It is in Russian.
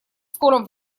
скором